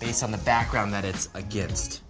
based on the background that it's against.